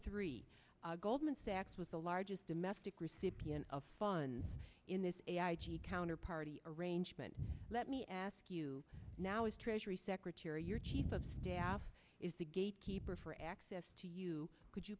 three goldman sachs with the largest domestic recipient of fun in this town or party arrangement let me ask you now is treasury secretary your chief of staff is the gatekeeper for access to you could you